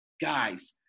guys